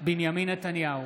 נתניהו,